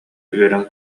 үөрэн